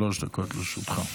שלוש דקות לרשותך.